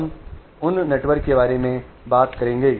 हम उन नेटवर्क के बारे में बात करेंगे